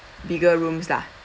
bigger rooms lah